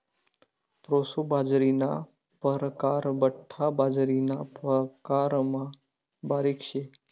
proso बाजरीना परकार बठ्ठा बाजरीना प्रकारमा बारीक शे